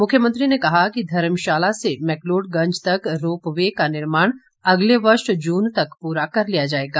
मुख्यमंत्री ने कहा कि धर्मशाला से मैकलोडगंज तक रोपवे का निर्माण अगले वर्ष जून तक पूरा कर लिया जाएगा